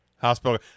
hospital